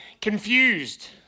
confused